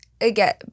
again